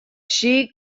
she